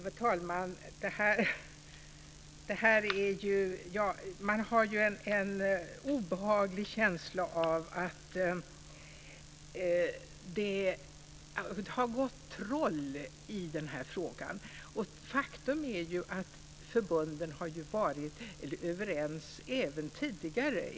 Fru talman! Man har en obehaglig känsla av att det har gått troll i frågan. Faktum är att förbunden har varit överens tidigare.